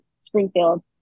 Springfield